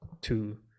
two